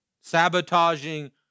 Sabotaging